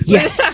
Yes